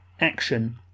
action